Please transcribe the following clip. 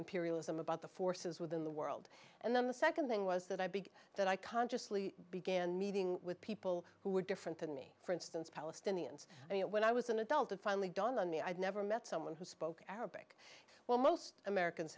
imperialism about the forces within the world and then the second thing was that i big that i consciously began meeting with people who were different than me for instance palestinians and when i was an adult it finally dawned on me i had never met someone who spoke arabic well most americans